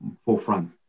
forefront